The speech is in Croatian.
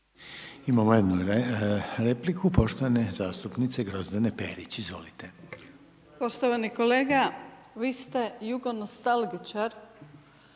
Imamo jednu repliku poštovane zastupnice Grozdane Perić, izvolite. **Perić, Grozdana (HDZ)** Poštovani kolega vi ste jugonostalgičar